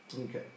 Okay